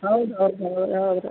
ಹೌದು ಹೌದು ಹೌದು ಹೌದ್ರಿ